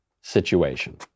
situation